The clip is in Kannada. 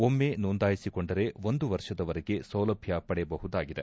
ಒಮ್ನೆ ನೋಂದಾಯಿಸಿಕೊಂಡರೆ ಒಂದು ವರ್ಷದವರೆಗೆ ಸೌಲಭ್ಯ ಪಡೆಯಬಹುದಾಗಿದೆ